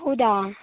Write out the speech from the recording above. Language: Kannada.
ಹೌದಾ